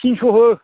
तिनस' हो